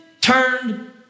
turned